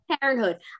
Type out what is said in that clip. parenthood